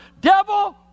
Devil